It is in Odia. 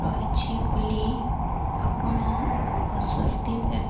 ରହିଛି ବୋଲି ଆପଣ ଅସ୍ଵସ୍ତି ବ୍ୟାକ୍